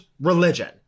religion